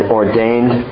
ordained